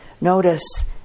Notice